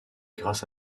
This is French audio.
grâce